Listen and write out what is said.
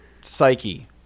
psyche